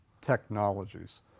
Technologies